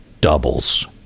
doubles